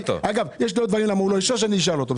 אגב, יש עוד דברים שהוא לא אישר, ואני אשאל אותו.